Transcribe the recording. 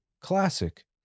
Classic